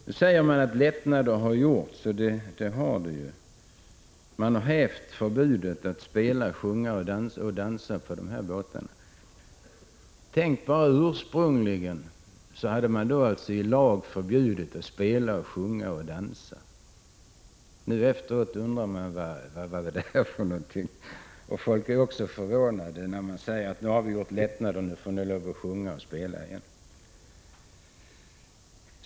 Det sägs nu att lättnader har gjorts, och det är riktigt. Man har hävt förbudet att spela, sjunga och dansa på båtarna. Ursprungligen hade man alltså i lag förbjudit människor att spela, sjunga och dansa. Nu efteråt undrar många vad det egentligen var för något. Folk är också förvånade då de hör att vi har gjort lättnader, att nu får de sjunga och spela igen.